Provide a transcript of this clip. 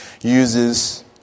uses